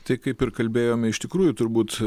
tai kaip ir kalbėjome iš tikrųjų turbūt